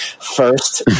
first